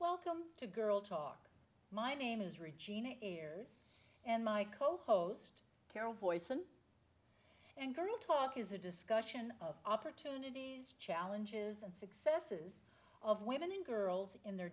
welcome to girl talk my name is regina ears and my co host carol voice an angry talk is a discussion of opportunities challenges and successes of women and girls in their